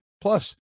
Plus